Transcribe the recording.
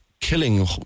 killing